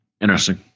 Interesting